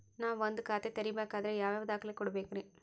ನಾನ ಒಂದ್ ಖಾತೆ ತೆರಿಬೇಕಾದ್ರೆ ಯಾವ್ಯಾವ ದಾಖಲೆ ಕೊಡ್ಬೇಕ್ರಿ?